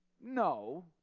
no